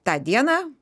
tą dieną